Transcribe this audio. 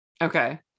okay